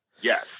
Yes